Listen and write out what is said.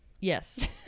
Yes